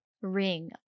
ring